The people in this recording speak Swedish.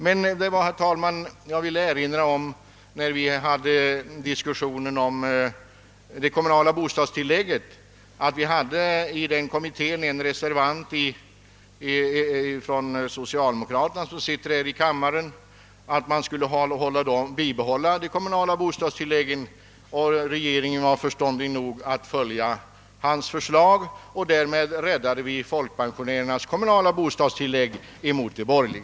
Jag vill också, herr talman, erinra om att när frågan om det kommunala bostadstillägget diskuterades fanns i kommittén en reservant från socialdemokraterna — som nu sitter här i kammaren — vilken ansåg att dessa tillägg skulle behållas. Regeringen var - förståndig nog att följa hans förslag och därmed rädda folkpensionärernas kommunala bostadstillägg.